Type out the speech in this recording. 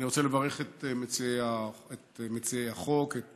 אני רוצה לברך את מציעי החוק, את